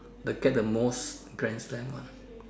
that get the most grand slam one